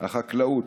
החקלאות,